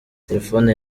telefone